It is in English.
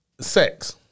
Sex